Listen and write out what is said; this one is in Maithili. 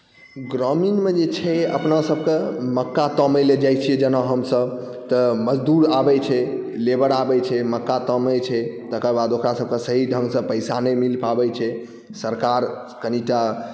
ग्रामीणमे जे छै अपनासबके मक्का तामैलए जाइ छी जेना हमसब तऽ मजदूर आबै छै लेबर आबै छै मक्का तामै छै तकर बाद ओकरा सबके सही ढङ्गसँ पइसा नहि मिल पाबै छै सरकार कनिटा